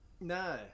No